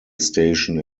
station